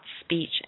speech